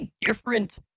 different